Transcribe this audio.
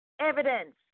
evidence